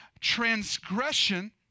Transgression